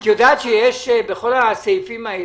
את יודעת שיש ברוב הסעיפים האלה